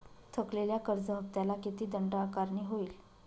थकलेल्या कर्ज हफ्त्याला किती दंड आकारणी होईल?